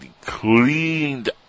cleaned